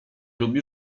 lubi